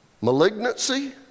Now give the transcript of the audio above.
malignancy